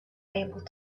able